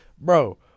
Bro